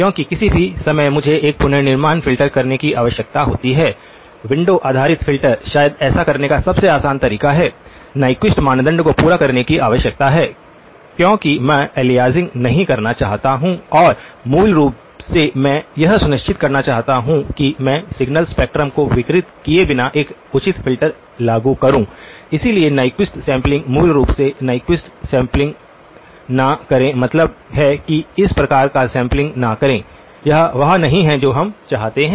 क्योंकि किसी भी समय मुझे एक पुनर्निर्माण फ़िल्टर करने की आवश्यकता होती है विंडो आधारित फ़िल्टर शायद ऐसा करने का सबसे आसान तरीका है न्यक्विस्ट मानदंड को पूरा करने की आवश्यकता है क्यों कि मैं अलियासिंग नहीं करना चाहता हूं और मूल रूप से मैं यह सुनिश्चित करना चाहता हूं कि मैं सिग्नल स्पेक्ट्रम को विकृत किए बिना एक उचित फ़िल्टर लागू करूँ इसलिए न्यक्विस्ट सैंपलिंग मूल रूप से न्यक्विस्ट सैंपलिंग न करें इसका मतलब है कि इस प्रकार का सैंपलिंग न करें यह वह नहीं है जो हम चाहते हैं